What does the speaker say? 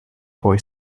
boy